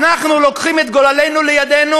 אנחנו לוקחים את גורלנו לידינו.